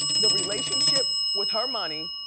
the relationship with her money.